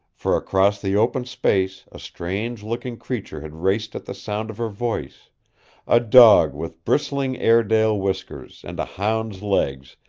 for across the open space a strange looking creature had raced at the sound of her voice a dog with bristling airedale whiskers, and a hound's legs,